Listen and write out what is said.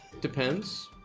Depends